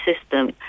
system